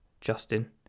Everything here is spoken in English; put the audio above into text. Justin